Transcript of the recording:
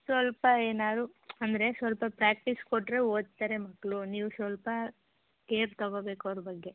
ಸ್ವಲ್ಪ ಏನಾರೂ ಅಂದರೆ ಸ್ವಲ್ಪ ಪ್ರ್ಯಾಕ್ಟೀಸ್ ಕೊಟ್ಟರೆ ಓದ್ತಾರೆ ಮಕ್ಕಳು ನೀವು ಸ್ವಲ್ಪ ಕೇರ್ ತೊಗೋಬೇಕು ಅವ್ರ ಬಗ್ಗೆ